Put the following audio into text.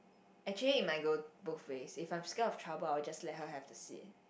actually it might go both ways if I'm scared of trouble I will just let her have the seat